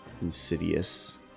insidious